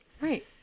Right